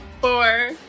four